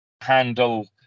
handle